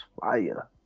fire